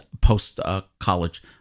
post-college